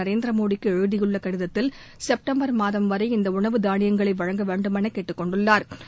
நரேந்திரமோடிக்கு எழுதியுள்ள கடிதத்தில் செப்டம்பர் மாதம் வரை இந்த உணவு தானியங்களை வழங்க வேண்டுமௌ கேட்டுக் கொண்டுள்ளாா்